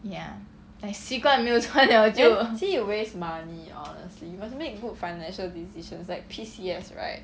there see you waste money honestly you must make good financial decisions like P_C_S right